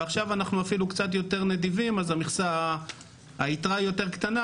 ועכשיו אנחנו אפילו קצת יותר נדיבים אז היתרה יותר קטנה,